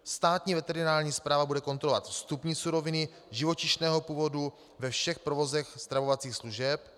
Státní veterinární správa bude kontrolovat vstupní suroviny živočišného původu ve všech provozech stravovacích služeb.